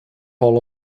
hall